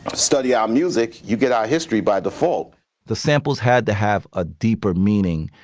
ah study out music. you get our history by default the samples had to have a deeper meaning.